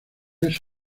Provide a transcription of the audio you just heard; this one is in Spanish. eso